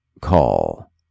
call